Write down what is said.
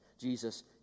Jesus